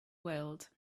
world